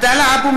(קוראת בשמות חברי הכנסת)